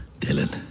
Dylan